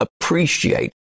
appreciate